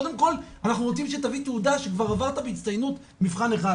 קודם כל אנחנו רוצים שתביא תעודה שכבר עברת בהצטיינות מבחן אחד",